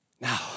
Now